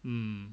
mm